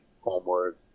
homework